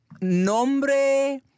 nombre